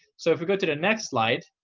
so if we go to the next slide,